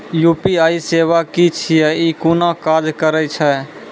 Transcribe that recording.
UPI सेवा की छियै? ई कूना काज करै छै?